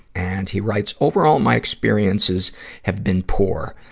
and he writes, overall, my experiences have been poor.